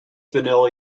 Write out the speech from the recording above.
vanilla